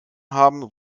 haben